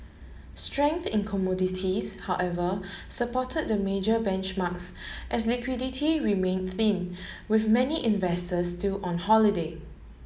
strength in commodities however supported the major benchmarks as liquidity remained thin with many investors still on holiday